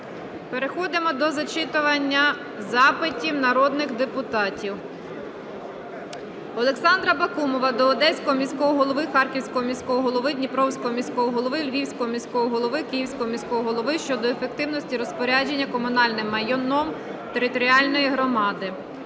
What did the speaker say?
Переходимо до зачитування запитів народних депутатів. Олександра Бакумова до Одеського міського голови, Харківського міського голови, Дніпровського міського голови, Львівського міського голови, Київського міського голови щодо ефективності розпорядження комунальним майном територіальної громади.